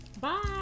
Bye